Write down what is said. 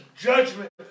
judgment